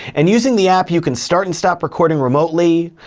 and using the app, you can start and stop recording remotely,